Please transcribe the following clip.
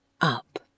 up